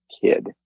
kid